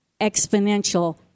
exponential